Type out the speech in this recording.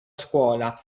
scuola